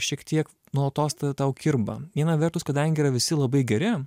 šiek tiek nuolatos tau kirba viena vertus kadangi yra visi labai geri